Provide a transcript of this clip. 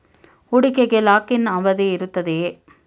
ಹೂಡಿಕೆಗೆ lock in ಅವಧಿ ಇರುತ್ತದೆಯೇ?